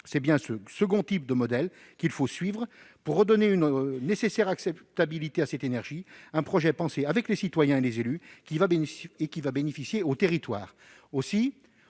C'est bien ce second type de modèle qu'il faut suivre pour donner une nécessaire acceptabilité à cette énergie : un projet pensé avec les citoyens et les élus, dont le territoire